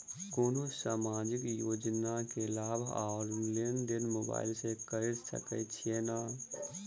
कोनो सामाजिक योजना केँ लाभ आ लेनदेन मोबाइल सँ कैर सकै छिःना?